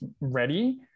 ready